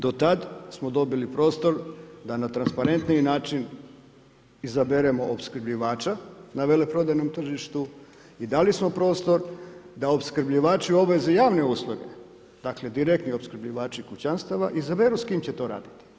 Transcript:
Do tad smo dobili prostor da na transparentniji način izaberemo opskrbljivača na veleprodajnom tržištu i dali smo prostor da opskrbljivači javne usluge, dakle, direktni opskrbljivači kućanstava, izaberu s kim će to raditi.